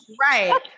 Right